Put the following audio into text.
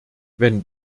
wenn